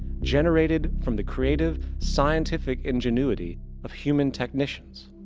generated from the creative scientific ingenuity of human technicians.